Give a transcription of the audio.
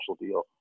deal